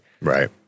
Right